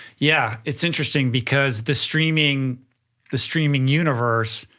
yeah, it's interesting, because the streaming the streaming universe,